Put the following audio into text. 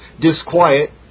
disquiet